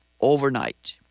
overnight